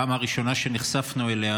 הפעם ראשונה שנחשפנו אליה,